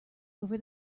over